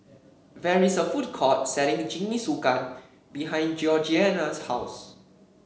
there is a food court selling Jingisukan behind Georgianna's house